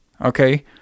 Okay